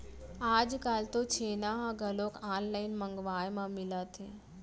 आजकाल तो छेना ह घलोक ऑनलाइन मंगवाए म मिलत हे